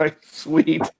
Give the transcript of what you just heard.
sweet